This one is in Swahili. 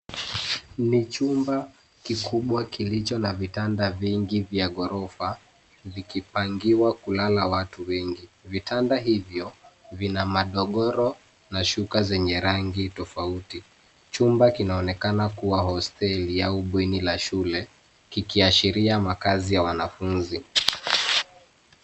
Ni chumba kikubwa kilicho na vitanda vingi vya ghorofa vikipangiwa kulala watu wengi. Vitanda hivyo vina magodoro na shuka zenye rangi tofauti. Chumba kinaonekana kuwa hosteli au bweni la shule kikiashiria makazi ya wanafunzi.